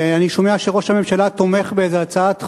אני שומע שראש הממשלה תומך באיזה הצעת חוק,